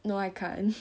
no I can't